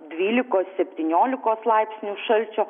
dvylikos septyniolikos laipsnių šalčio